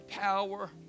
power